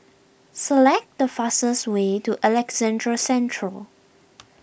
select the fastest way to Alexandra Central